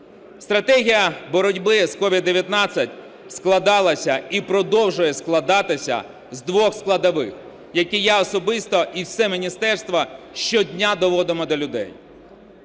Стратегія боротьби з COVID-19 складалася і продовжує складатися з двох складових, які я особисто і все міністерство щодня доводимо до людей.